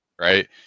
Right